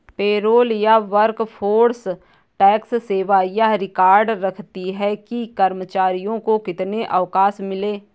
payroll या workforce tax सेवा यह रिकॉर्ड रखती है कि कर्मचारियों को कितने अवकाश मिले